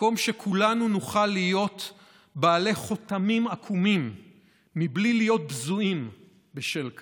"מקום שכולנו נוכל להיות בעלי חוטמים עקומים מבלי להיות בזויים בשל כך,